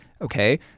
okay